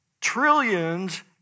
trillions